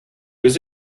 was